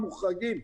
המוחרגים.